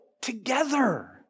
together